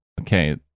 okay